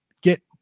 get